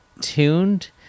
tuned